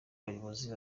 abayobozi